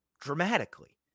Dramatically